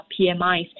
PMIs